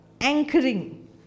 Anchoring